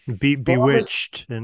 Bewitched